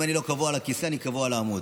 אם אני לא קבוע על הכיסא, אני קבוע על העמוד.